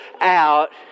out